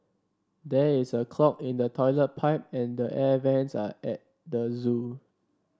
there is a clog in the toilet pipe and the air vents at air the zoo